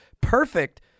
Perfect